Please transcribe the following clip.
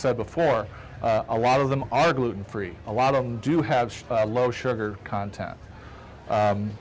said before a lot of them are gluten free a lot of them do have low sugar content